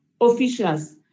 officials